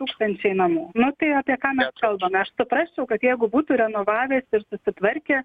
tūkstančiai namų nu tai apie ką mes kalbame aš suprasčiau kad jeigu būtų renovavę ir susitvarkę